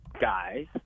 guys –